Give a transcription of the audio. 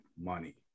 money